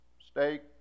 steak